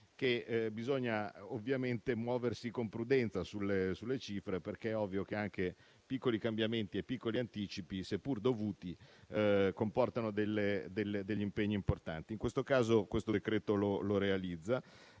che bisogna muoversi con prudenza sulle cifre, perché è ovvio che anche piccoli cambiamenti e piccoli anticipi, seppur dovuti, comportano degli impegni importanti. In questo caso il decreto al